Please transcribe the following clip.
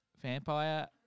vampire